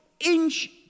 inch